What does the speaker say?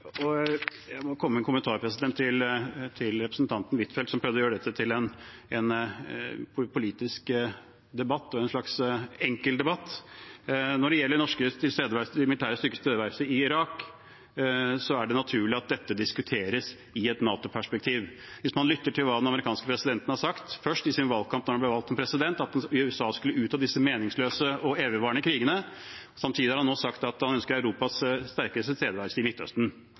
Jeg må også komme med en kommentar til representanten Huitfeldt, som prøvde å gjøre dette til en politisk debatt og en enkel debatt. Når det gjelder norske militære styrkers tilstedeværelse i Irak, er det naturlig at dette diskuteres i et NATO-perspektiv. Hvis man lytter til hva den amerikanske presidenten har sagt, sa han først i sin valgkamp før han ble valgt som president, at USA skulle ut av disse meningsløse og evigvarende krigene. Samtidig har han nå sagt at han ønsker at Europa har en sterkere tilstedeværelse i Midtøsten.